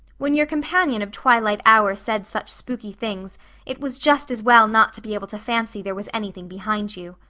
when your companion of twilight hour said such spooky things it was just as well not to be able to fancy there was anything behind you.